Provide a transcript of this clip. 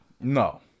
No